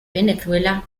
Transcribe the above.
venezuela